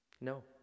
no